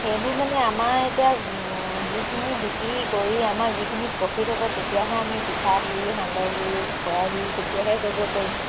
সেইবোৰ মানে আমাৰ এতিয়া যিখিনি বিক্ৰী কৰি আমাৰ যিখিনি প্ৰ'ফিট হ'ব তেতিয়াহে আমি পিঠাগুড়ি সান্দহুড়ি কড়াইগুড়ি তেতিয়াহে কৰিব পাৰিম